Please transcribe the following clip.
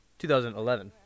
2011